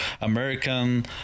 American